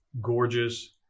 gorgeous